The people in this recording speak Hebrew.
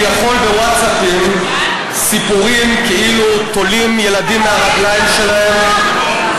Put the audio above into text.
ראו כביכול בווטסאפים סיפורים כאילו תולים ילדים מהרגליים שלהם.